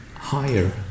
higher